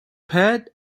pet